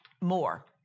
More